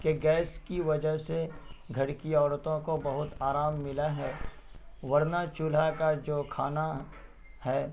کہ گیس کی وجہ سے گھر کی عورتوں کو بہت آرام ملا ہے ورنہ چولہا کا جو کھانا ہے